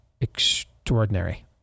extraordinary